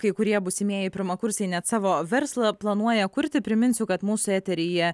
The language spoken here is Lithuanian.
kai kurie būsimieji pirmakursiai net savo verslą planuoja kurti priminsiu kad mūsų eteryje